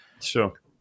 Sure